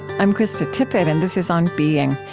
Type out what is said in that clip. i'm krista tippett, and this is on being.